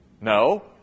No